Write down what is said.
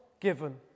given